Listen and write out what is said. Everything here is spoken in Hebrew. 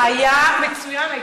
היה מצוין.